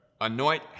anoint